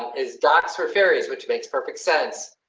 is docs her ferries, which makes perfect sense?